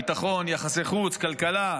ביטחון, יחסי חוץ, כלכלה.